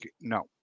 no